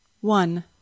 one